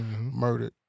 murdered